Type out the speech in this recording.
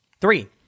Three